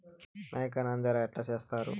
మేక నంజర ఎట్లా సేస్తారు?